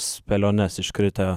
spėliones iškritę